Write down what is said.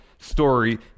story